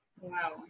Wow